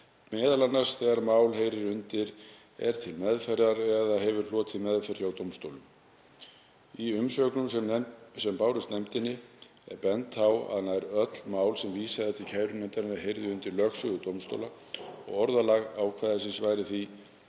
m.a. þegar mál heyrir undir, er til meðferðar eða hefur hlotið meðferð hjá dómstólum. Í umsögnum sem bárust nefndinni var bent á að nær öll mál sem vísað væri til kærunefndarinnar heyrðu undir lögsögu dómstóla, orðalag ákvæðisins væri því